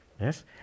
Yes